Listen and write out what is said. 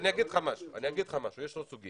אז אני אגיד לך משהו, יש סוגיה.